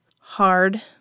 hard